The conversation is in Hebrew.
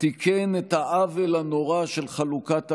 תיקן את העוול הנורא של חלוקת העיר,